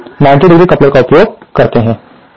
यहां हम 90° कपलर का उपयोग करते हैं